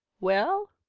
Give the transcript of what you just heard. well?